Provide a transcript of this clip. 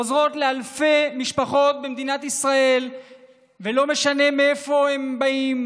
עוזרים לאלפי משפחות במדינת ישראל ולא משנה מאיפה הם באים,